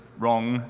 wrong.